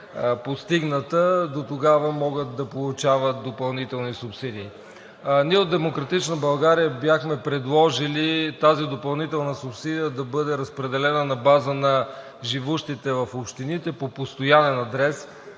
постигната, дотогава могат да получават допълнителни субсидии. Ние от „Демократична България“ бяхме предложили тази допълнителна субсидия да бъде разпределена на база на живущите в общините по постоянен адрес,